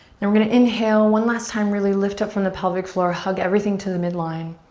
then we're gonna inhale one last time. really lift up from the pelvic floor. hug everything to the midline.